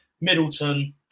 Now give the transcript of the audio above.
Middleton